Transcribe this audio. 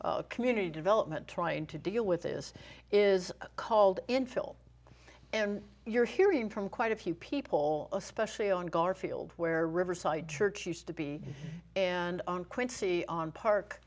of community development trying to deal with this is called infill and you're hearing from quite a few people especially on garfield where riverside church used to be and on quincy on park